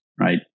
right